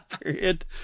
period